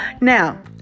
Now